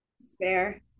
Spare